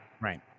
Right